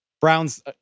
Browns